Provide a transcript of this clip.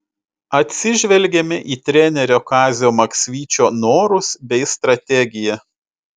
atsižvelgėme į trenerio kazio maksvyčio norus bei strategiją